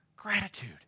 Gratitude